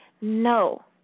no